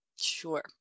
Sure